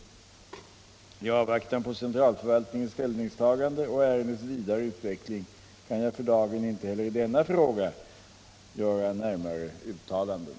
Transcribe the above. I avvaktan på centralförvaltningens ställningstagande och ärendets vidare utveckling kan jag för dagen inte heller i denna fråga göra närmare uttalanden.